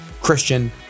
Christian